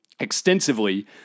extensively